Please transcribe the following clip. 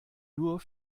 nur